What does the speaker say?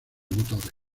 motores